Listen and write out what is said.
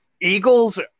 Eagles